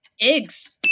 Eggs